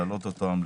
להעלות אותם,